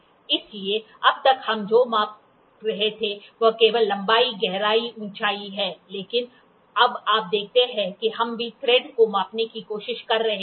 इसलिए अब तक हम जो माप रहे थे वह केवल लंबाई गहराई ऊंचाई है लेकिन अब आप देखते हैं कि हम भी थ्रेड को मापने की कोशिश कर रहे हैं